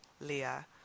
Leah